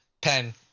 Pen